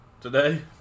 today